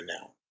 now